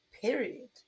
Period